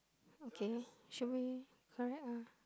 okay should be correct ah